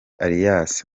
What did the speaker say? alias